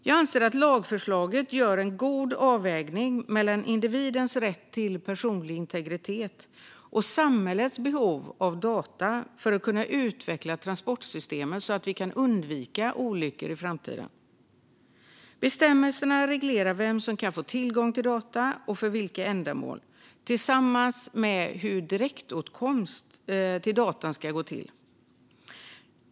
Jag anser att lagförslaget gör en god avvägning mellan individens rätt till personlig integritet och samhällets behov av data för att kunna utveckla transportsystemet så att vi kan undvika olyckor i framtiden. Bestämmelserna reglerar vem som kan få tillgång till data och för vilka ändamål, tillsammans med hur direktåtkomst till data ska gå till.